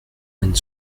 mène